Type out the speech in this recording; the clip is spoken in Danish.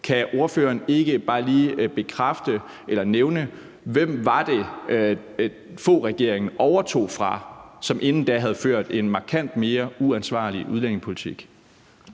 Kan ordføreren ikke bare lige bekræfte eller nævne, hvem det var, Anders Fogh Rasmussen-regeringen overtog fra, og som inden da havde ført en markant mere uansvarlig udlændingepolitik?